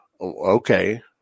okay